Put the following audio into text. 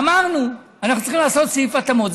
אמרנו: אנחנו צריכים לעשות סעיף התאמות.